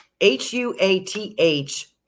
h-u-a-t-h